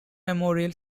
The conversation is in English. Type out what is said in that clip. memorial